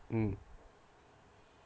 mm